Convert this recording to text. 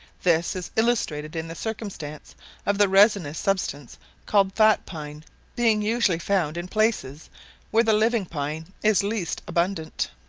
this is illustrated in the circumstance of the resinous substance called fat-pine being usually found in places where the living pine is least abundant,